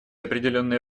определенное